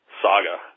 saga